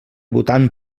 bhutan